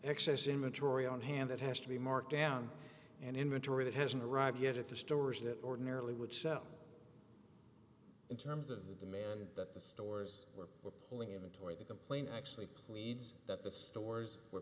excess inventory on hand it has to be marked down and inventory that hasn't arrived yet at the stores that ordinarily would sell in terms of the demand that the stores are pulling in the toy the complaint actually pleads that the stores were